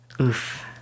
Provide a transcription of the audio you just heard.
Oof